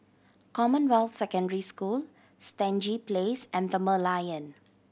Commonwealth Secondary School Stangee Place and The Merlion